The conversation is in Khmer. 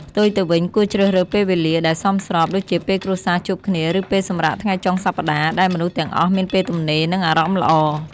ផ្ទុយទៅវិញ គួរជ្រើសរើសពេលវេលាដែលសមស្រប ដូចជាពេលគ្រួសារជួបគ្នា ឬពេលសម្រាកថ្ងៃចុងសប្តាហ៍ ដែលមនុស្សទាំងអស់មានពេលទំនេរ និងអារម្មណ៍ល្អ។